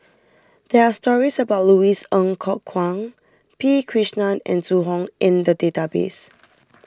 there are stories about Louis Ng Kok Kwang P Krishnan and Zhu Hong in the database